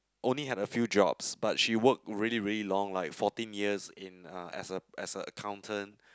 only had a few jobs but she work really really long like fourteen years in uh as a as a accountant